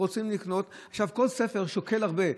כל ספר שוקל הרבה.